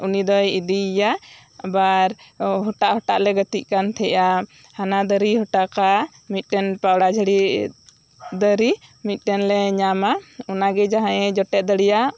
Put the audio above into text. ᱩᱱᱤ ᱫᱚᱭ ᱤᱫᱤᱭ ᱭᱟ ᱟᱵᱟᱨ ᱦᱚᱴᱟᱜ ᱦᱚᱴᱟᱜ ᱞᱮ ᱜᱟᱛᱮᱜ ᱠᱟᱱ ᱛᱟᱦᱮᱸᱜᱼᱟ ᱦᱟᱱᱟᱫᱟᱨᱮ ᱦᱚᱴᱟᱜᱟ ᱢᱤᱜᱴᱮᱱ ᱯᱟᱣᱨᱟ ᱡᱷᱟᱲᱤ ᱫᱟᱨᱮ ᱢᱤᱜᱴᱮᱱ ᱞᱮ ᱧᱟᱢᱟ ᱚᱱᱟᱜᱮ ᱡᱟᱦᱟᱸᱭᱮ ᱡᱚᱴᱮᱜ ᱫᱟᱲᱮᱭᱟᱜᱼᱟ